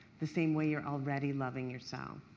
the same way you're already loving yourself.